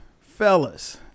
fellas